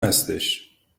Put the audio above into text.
هستش